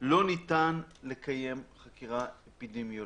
לא ניתן לקיים חקירה אפידמיולוגית.